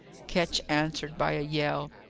ketch answered by a yell.